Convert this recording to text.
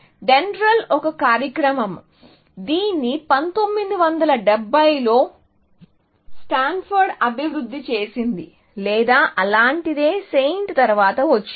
Dendral ఒక కార్యక్రమం దీనిని 1971 లో స్టాన్ఫోర్డ్ అభివృద్ధి చేసింది లేదా అలాంటిదే సెయింట్ తరువాత వచ్చింది